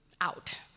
out